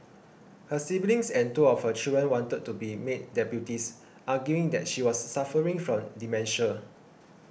her siblings and two of her children wanted to be made deputies arguing that she was suffering from dementia